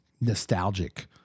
nostalgic